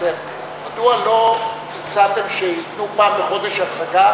מדוע לא הצעתם שייתנו פעם בחודש הצגה